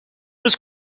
was